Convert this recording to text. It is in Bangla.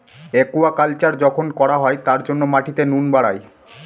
একুয়াকালচার যখন করা হয় তার জন্য মাটিতে নুন বাড়ায়